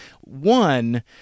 One